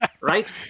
right